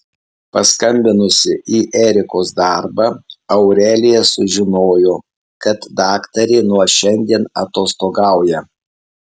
paskambinusi į erikos darbą aurelija sužinojo kad daktarė nuo šiandien atostogauja